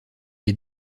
est